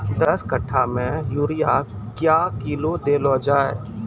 दस कट्ठा मे यूरिया क्या किलो देलो जाय?